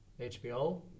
HBO